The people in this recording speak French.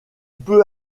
peut